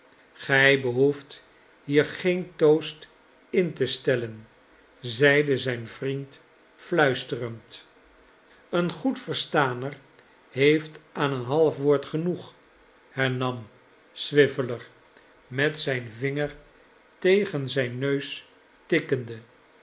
gij behoeft hier geen toast in te stellen zeide zijn vriend fluisterend een goed verstaner heeft aan een half woord genoeg hernam swiveller met zijn vinger tegen zijn neus tikkende